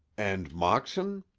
and moxon?